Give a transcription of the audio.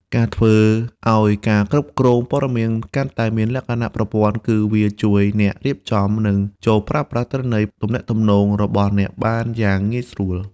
ការធ្វើឲ្យការគ្រប់គ្រងព័ត៌មានកាន់តែមានលក្ខណៈប្រព័ន្ធគឺវាជួយអ្នករៀបចំ និងចូលប្រើប្រាស់ទិន្នន័យទំនាក់ទំនងរបស់អ្នកបានយ៉ាងងាយស្រួល។